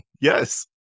yes